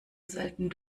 selten